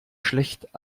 schlecht